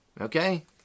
Okay